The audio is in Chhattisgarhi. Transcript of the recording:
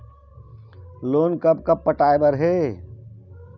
लोन कब कब पटाए बर हे?